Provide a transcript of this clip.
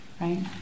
right